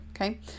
okay